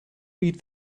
read